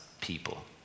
people